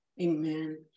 Amen